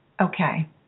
Okay